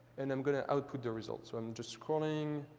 and i'm going to output the results. so i'm just scrolling.